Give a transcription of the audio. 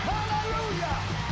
Hallelujah